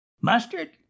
Mustard